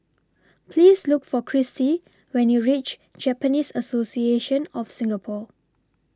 Please Look For Kristie when YOU REACH Japanese Association of Singapore